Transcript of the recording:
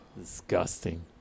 Disgusting